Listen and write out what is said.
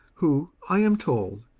who, i am told,